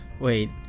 Wait